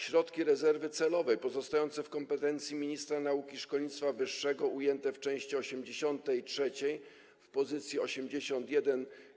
Środki rezerwy celowej pozostające w kompetencji ministra nauki i szkolnictwa wyższego, ujęte w części 83 w pozycji 81: